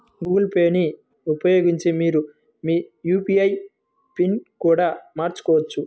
Google Pay ని ఉపయోగించి మీరు మీ యూ.పీ.ఐ పిన్ని కూడా మార్చుకోవచ్చు